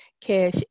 cash